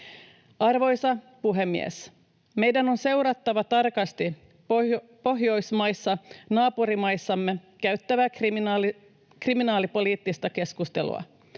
Arvoisa puhemies! Meidän on seurattava tarkasti pohjoismaisissa naapurimaissamme käytävää kriminaalipoliittista keskustelua.